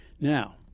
Now